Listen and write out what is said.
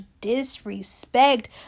disrespect